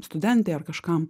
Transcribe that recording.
studentė ar kažkam